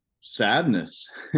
sadness